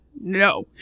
no